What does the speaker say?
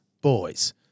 Boys